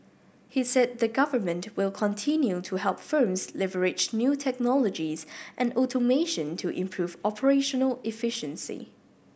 he said the government will continue to help firms leverage new technologies and automation to improve operational efficiency